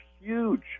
huge